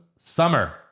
summer